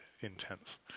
intense